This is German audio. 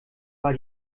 war